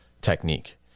technique